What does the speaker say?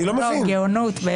גאונות.